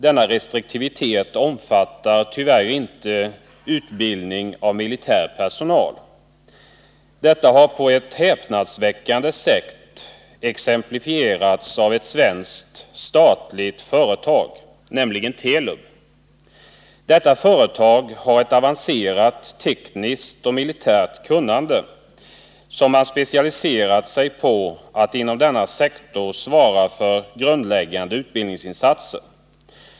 Denna restriktivitet omfattar tyvärr inte utbildning av militär personal. Detta har på ett häpnadsväckande sätt exemplifierats av ett svenskt statligt företag, nämligen Telub. Företaget har ett avancerat tekniskt och militärt kunnande och har specialiserat sig på att inom denna sektor svara för grundläggande utbildningsinsatser.